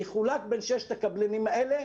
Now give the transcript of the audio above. יחולק בין ששת הקבלנים האלה.